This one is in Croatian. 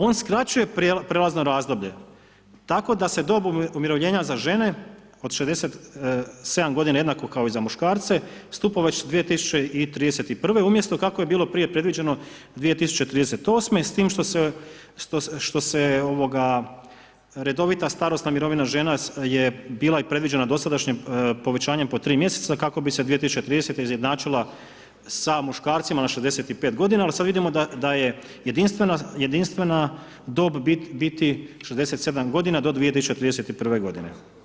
On skraćuje prijelazno razdoblje tako da se dob umirovljenja za žene od 67 godina, jednako kao i za muškarce, stupa već 2031. umjesto kako je bilo prije predviđeno 2038., s tim što se, ovoga, redovita starosna mirovina žena je bila i predviđena dosadašnjim povećanjem po 3 mjeseca, kako bi se 2030.-te, izjednačila sa muškarcima na 65 godina, ali sad vidimo da je jedinstvena dob biti 67 godina do 2031. godine.